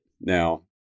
Now